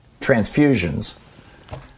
transfusions